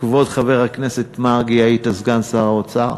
כבוד חבר הכנסת מרגי, היית סגן שר האוצר.